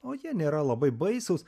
o jie nėra labai baisūs